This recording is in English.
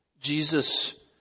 Jesus